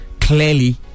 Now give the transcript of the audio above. clearly